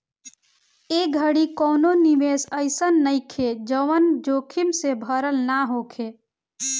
ए घड़ी कवनो निवेश अइसन नइखे जवन जोखिम से भरल ना होखे